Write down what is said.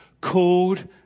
called